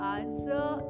answer